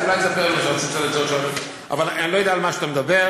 אז אולי תספר לי, אבל אני לא יודע על מה אתה מדבר.